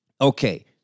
Okay